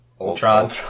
Ultron